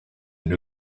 knew